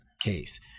case